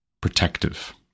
protective